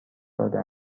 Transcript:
داده